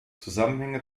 zusammenhänge